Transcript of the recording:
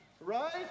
Right